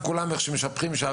כולם משבחים שם,